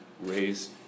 raise